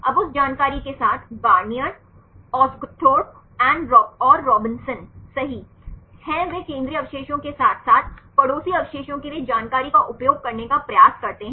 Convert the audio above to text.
अब उस जानकारी के साथ गार्नियर ओस्गुथोरपे और Robson Garnier Osguthorpe and Robson सही हैं वे केंद्रीय अवशेषों के साथ साथ पड़ोसी अवशेषों के लिए जानकारी का उपयोग करने का प्रयास करते हैं